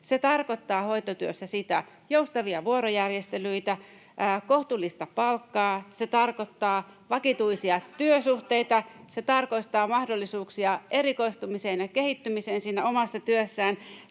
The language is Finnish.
Se tarkoittaa hoitotyössä joustavia vuorojärjestelyitä, kohtuullista palkkaa. Se tarkoittaa vakituisia työsuhteita. [Annika Saarikon välihuuto] Se tarkoittaa mahdollisuuksia erikoistumiseen ja kehittymiseen siinä omassa työssä.